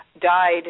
died